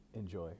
Enjoy